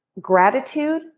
gratitude